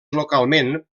localment